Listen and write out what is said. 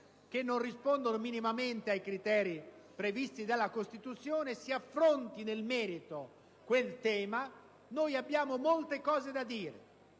che non rispondono minimamente ai criteri previsti dalla Costituzione e che si affronti nel merito quel tema. Noi abbiamo molte cose da dire.